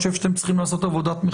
כי אני חושב שאתם צריכים לעשות מחשבה.